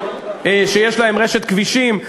שיש להן רשת כבישים,